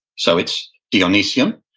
so it's dionysian.